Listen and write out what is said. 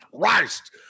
Christ